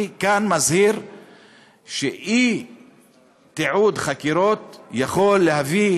אני כאן מזהיר שאי-תיעוד חקירות יכול להביא,